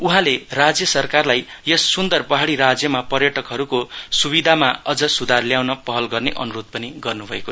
उहाँले राज्य सरकारलाई यस सुन्दर पहाडी राज्यमा पर्यटकहरूको सुविधामा अझ सुधार ल्याउन पहल गर्ने अनुरोध गर्नुभयो